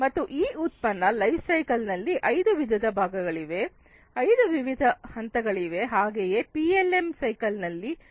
ಮತ್ತು ಈ ಉತ್ಪನ್ನ ಲೈಫ್ ಸೈಕಲ್ ನಲ್ಲಿ ಐದು ವಿವಿಧ ಭಾಗಗಳಿವೆ ಐದು ವಿವಿಧ ಹಂತಗಳಿವೆ ಹಾಗೆಯೇ ಪಿಎಲ್ಎಂ ಸೈಕಲ್ ನಲ್ಲಿ ಕೂಡ